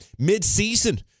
midseason